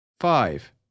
Five